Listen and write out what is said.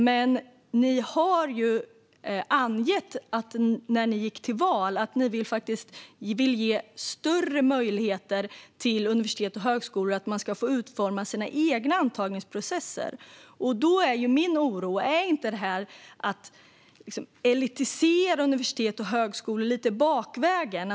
Men ni gick ju faktiskt till val på att ni vill ge större möjligheter till universitet och högskolor att utforma sina egna antagningsprocesser. Då är min oro: Är inte det att elitisera universitet och högskolor lite bakvägen?